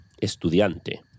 estudiante